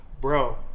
Bro